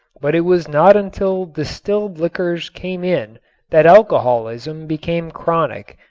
but it was not until distilled liquors came in that alcoholism became chronic,